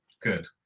good